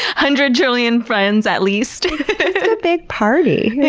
hundred trillion friends at least. it's a big party!